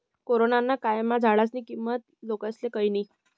corona ना कायमा झाडेस्नी किंमत लोकेस्ले कयनी